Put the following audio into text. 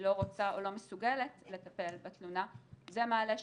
לא רוצה או לא מסוגלת לטפל בתלונה זה מעלה שאלה.